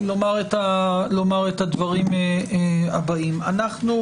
לומר את הדברים הבאים, אנחנו